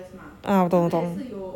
ah 我懂我懂